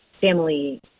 family